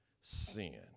sin